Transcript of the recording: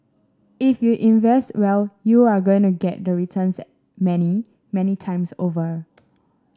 if you invest well you're going to get the returns many many times over